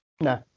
No